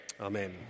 Amen